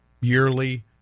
yearly